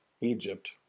Egypt